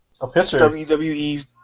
WWE